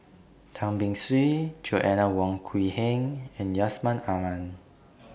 Tan Beng Swee Joanna Wong Quee Heng and Yusman Aman